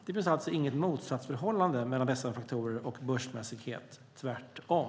Det finns alltså inget motsatsförhållande mellan dessa faktorer och börsmässighet, tvärtom.